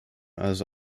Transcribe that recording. also